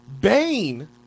Bane